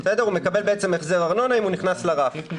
הוא מקבל החזר ארנונה אם הוא נכנס לרף.